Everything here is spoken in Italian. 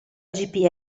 gpl